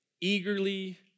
eagerly